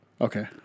Okay